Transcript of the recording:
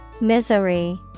Misery